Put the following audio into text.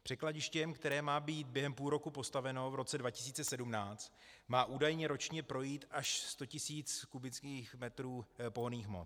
Překladištěm, které má být během půl roku postaveno v roce 2017, má údajně ročně projít až sto tisíc kubických metrů pohonných hmot.